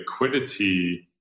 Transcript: liquidity